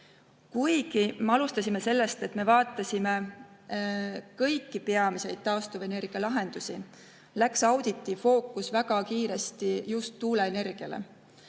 Kuigi me alustasime sellest, et vaatasime kõiki peamisi taastuvenergialahendusi, läks auditi fookus väga kiiresti just tuuleenergiale